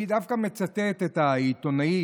אני דווקא מצטט את העיתונאי